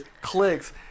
clicks